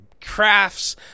crafts